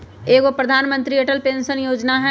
एगो प्रधानमंत्री अटल पेंसन योजना है?